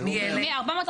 מי אלה?